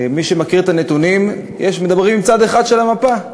מי שמכיר את הנתונים, מדברים עם צד אחד של המפה.